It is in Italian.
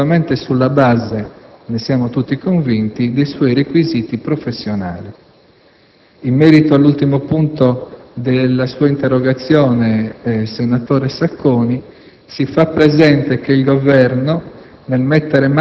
esclusivamente sulla base, ne siamo tutti convinti, dei suoi requisiti professionali. In merito all'ultimo punto della sua interrogazione, senatore Sacconi, si fa presente che il Governo,